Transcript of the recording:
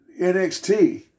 nxt